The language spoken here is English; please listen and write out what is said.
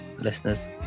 listeners